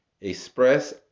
express